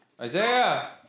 isaiah